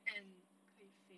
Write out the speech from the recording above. and 可以飞